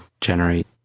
generate